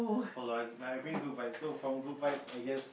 hold on like I bring good vibe so from Good Vibes I guess